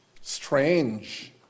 Strange